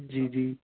جی جی